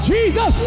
Jesus